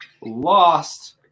lost